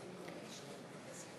הכנסת.)